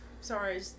Sorry